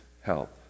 help